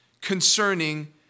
concerning